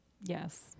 Yes